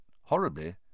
horribly